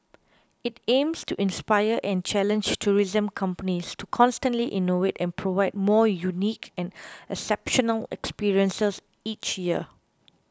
it aims to inspire and challenge tourism companies to constantly innovate and provide more unique and exceptional experiences each year